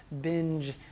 binge